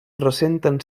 ressenten